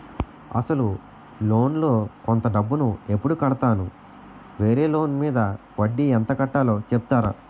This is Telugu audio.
అసలు లోన్ లో కొంత డబ్బు ను ఎప్పుడు కడతాను? వేరే లోన్ మీద వడ్డీ ఎంత కట్తలో చెప్తారా?